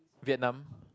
Vietnam